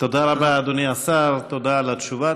תודה רבה, אדוני השר, תודה על התשובה.